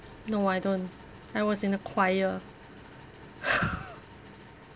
no I don't I was in the choir